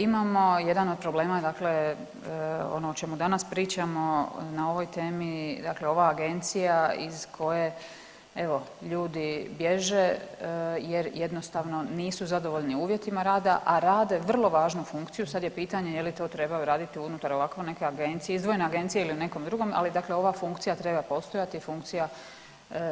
Imamo jedan od problema, dakle ono o čemu danas pričamo, na ovoj temi dakle ova Agencija iz kojeg evo ljudi bježe jer jednostavno nisu zadovoljni uvjetima rada, a rade vrlo važnu funkciju, sad je pitanje je li to treba raditi unutar ovako neke agencije, izdvojene agencije ili nekom drugom, ali dakle ova funkcija treba postojati i funkcija